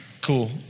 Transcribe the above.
Cool